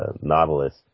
Nautilus